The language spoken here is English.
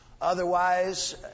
Otherwise